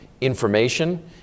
information